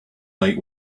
like